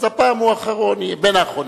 אז הפעם הוא יהיה בין האחרונים.